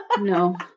No